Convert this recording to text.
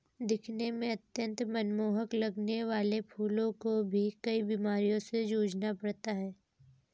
दिखने में अत्यंत मनमोहक लगने वाले फूलों को भी कई बीमारियों से जूझना पड़ता है